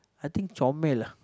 I think Chomel ah